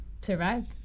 survive